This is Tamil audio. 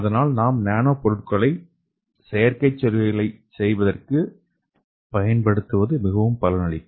அதனால் நாம் நேனோ பொருட்களை செயற்கை செல்களைச் செய்ய பயன்படுத்துவது மிகவும் பலனளிக்கும்